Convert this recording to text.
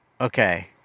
Okay